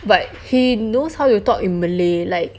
but he knows how you talk in malay like